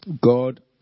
God